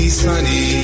sunny